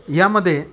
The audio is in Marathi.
यामध्ये